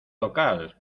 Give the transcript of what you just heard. local